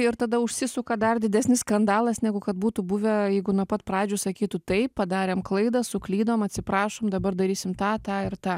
ir tada užsisuka dar didesnis skandalas negu kad būtų buvę jeigu nuo pat pradžių sakytų taip padarėm klaidą suklydom atsiprašom dabar darysim tą tą ir tą